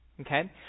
Okay